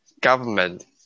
government